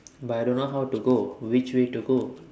but I don't know how to go which way to go